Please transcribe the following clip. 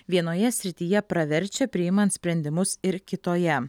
vienoje srityje praverčia priimant sprendimus ir kitoje